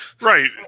Right